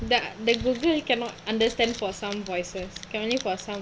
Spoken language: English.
that the google you cannot understand for some voices currently for some